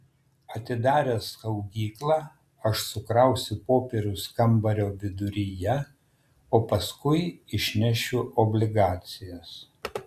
atidaręs saugyklą aš sukrausiu popierius kambario viduryje o paskui išnešiu obligacijas